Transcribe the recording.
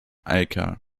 aker